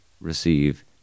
receive